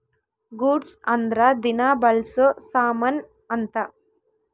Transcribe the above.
goods ಅಂದ್ರ ದಿನ ಬಳ್ಸೊ ಸಾಮನ್ ಅಂತ